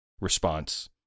response